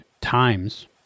times